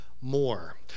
more